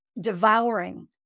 devouring